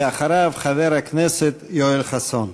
ואחריו, חבר הכנסת יואל חסון.